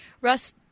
Russ